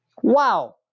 Wow